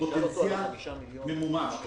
פוטנציאל ממומש.